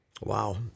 wow